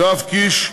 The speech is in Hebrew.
יואב קיש,